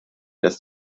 dass